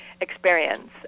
experience